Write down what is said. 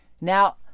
Now